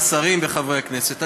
השרים וחברי הכנסת,